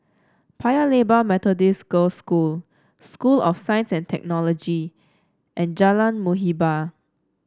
Paya Lebar Methodist Girls' School School of Science and Technology and Jalan Muhibbah